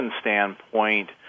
standpoint